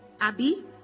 Abby